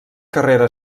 carrera